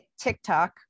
TikTok